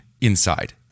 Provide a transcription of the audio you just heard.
inside